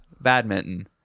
Badminton